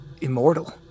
immortal